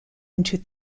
into